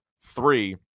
three